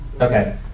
Okay